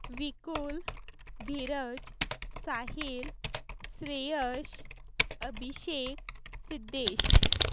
Vikul Dheeraj Sahil Shreyash Abhishek Siddesh